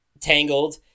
Tangled